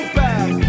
back